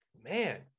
man